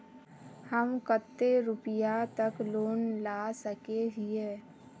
हम कते रुपया तक लोन ला सके हिये?